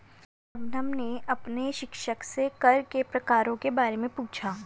शबनम ने अपने शिक्षक से कर के प्रकारों के बारे में पूछा